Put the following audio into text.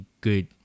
good